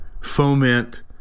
foment